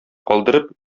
калдырып